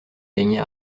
gagner